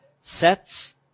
sets